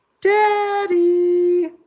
Daddy